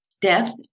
death